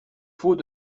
faut